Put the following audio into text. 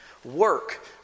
Work